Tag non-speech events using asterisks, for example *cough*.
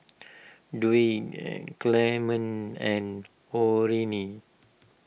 *noise* Dwight and Clement and Orene